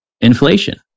inflation